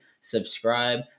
subscribe